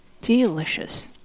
Delicious